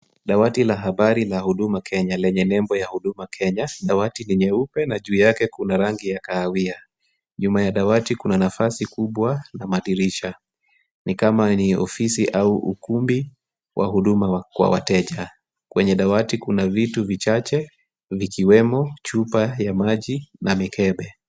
Dawati la habari la Huduma Kenya lenye nembo ya Huduma Kenya. Dawati ni nyeupe na juu yake kuna rangi ya kahawia. Nyuma ya dawati kuna nafasi kubwa na madirisha. Ni kama ni ofisi au ukumbi wa huduma kwa wateja. Kwenye dawati kuna vitu vichache vikiwemo chupa ya maji na mikebe.